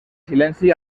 silenci